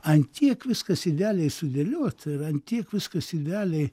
ant tiek viskas idealiai sudėliota ir ant tiek viskas idealiai